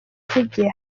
zigiye